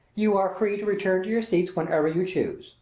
you are free to return to your seats whenever you choose.